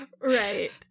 Right